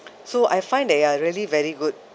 so I find they are really very good